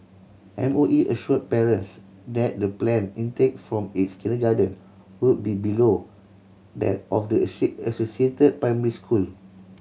M O E assured parents that the planned intake from its kindergarten will be below that of the associated primary school